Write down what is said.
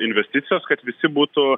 investicijos kad visi būtų